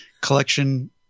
collection